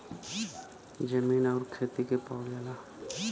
जमीन आउर खेती के पावल जाला